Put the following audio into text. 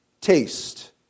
taste